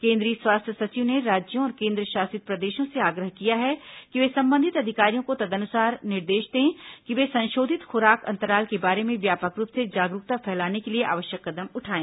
केंद्रीय स्वास्थ्य सचिव ने राज्यों और केंद्रशासित प्रदेशों से आग्रह किया है कि वे संबंधित अधिकारियों को तदनुसार निर्देश दें कि वे संशोधित खुराक अंतराल के बारे में व्यापक रूप से जागरूकता फैलाने के लिए आवश्यक कदम उठाएं